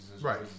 Right